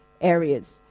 areas